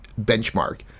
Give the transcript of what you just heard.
benchmark